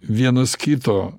vienas kito